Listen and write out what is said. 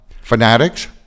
Fanatics